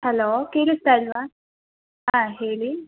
hello ಕೇಳಿಸ್ತಾ ಇಲ್ಲವಾ ಹಾಂ ಹೇಳಿ